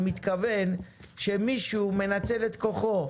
הוא מתכוון שמישהו מנצל את כוחו,